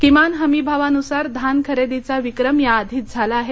किमान हमीभावानुसार धान खरेदीचा विक्रम याआधीच झाला आहे